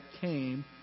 came